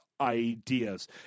ideas